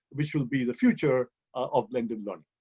which will be the future of blended learning.